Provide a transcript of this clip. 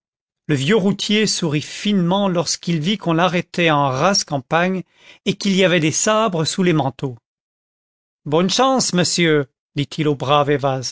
le vieux routier sourit finement lorsqu'il vit qu'on l'arrêtait en rase campagne et qu'il y avait des sabres sous les manteaux bonne chance monsieur dit-il au brave